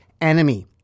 Enemy